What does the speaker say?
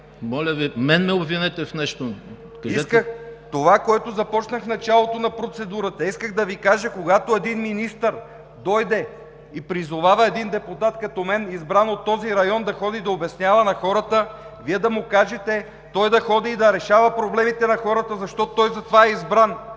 ХРИСТО ПРОДАНОВ: Така че исках – това, което започнах в началото на процедурата, исках да Ви кажа, че когато един министър дойде и призовава един депутат като мен, избран от този район, да ходи да обяснява на хората, Вие да му кажете той да ходи и да решава проблемите на хората, защото той затова е избран,